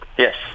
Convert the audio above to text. Yes